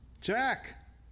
Jack